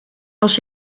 als